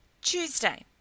Tuesday